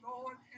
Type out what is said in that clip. Lord